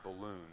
balloon